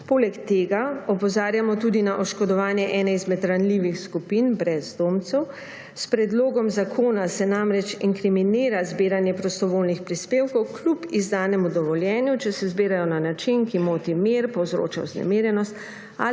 Poleg tega opozarjamo tudi na oškodovanje ene izmed ranljivih skupin – brezdomcev. S predlogom zakona se namreč inkriminira zbiranje prostovoljnih prispevkov kljub izdanemu dovoljenju, če se zbirajo na način, ki moti mir, povzroča vznemirjenost